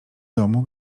domu